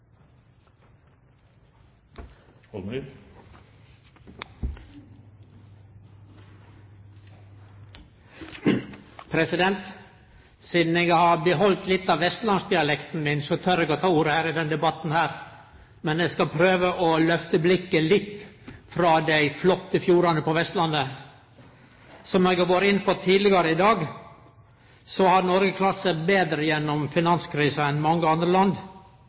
Nordvestlandet. Sidan eg har behalde litt av vestlandsdialekta mi, tør eg å ta ordet her i denne debatten. Men eg skal prøve å lyfte blikket litt frå dei flotte fjordane på Vestlandet. Som eg har vore inne på tidlegare i dag, har Noreg klart seg betre gjennom finanskrisa enn mange andre land.